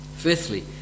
Fifthly